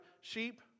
sheep